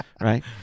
right